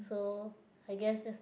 so I guess that's